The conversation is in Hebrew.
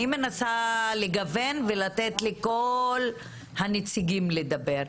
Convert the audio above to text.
אני מנסה לגוון ולתת לכל הנציגים לדבר.